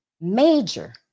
major